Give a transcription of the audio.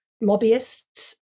lobbyists